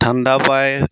ঠাণ্ডা পায়